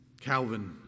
Calvin